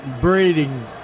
breeding